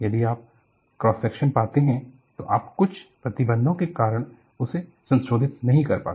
यदि आप cross section पाते हैं तो आप कुछ प्रतिबंधों के कारण उसे संशोधित नहीं कर पाते